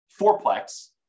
fourplex